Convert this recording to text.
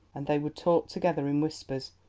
and they would talk together in whispers,